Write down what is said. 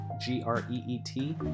G-R-E-E-T